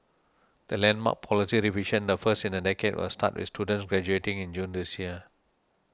the landmark policy revision the first in a decade will start with students graduating in June this year